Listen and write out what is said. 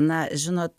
na žinot